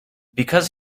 because